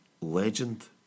legend